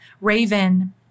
Raven